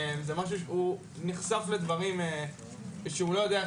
זה משהו שהוא נחשף לדברים שהוא לא יודע איך